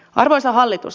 arvoisa hallitus